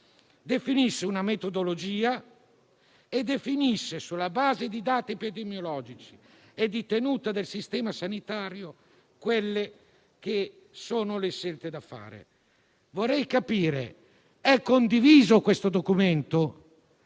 definisce una metodologia e, sulla base dei dati epidemiologici e di tenuta del sistema sanitario, definisce anche le scelte da fare. Vorrei capire dunque se questo documento